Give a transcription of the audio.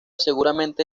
seguramente